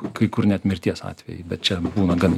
kai kur net mirties atvejai bet čia būna gan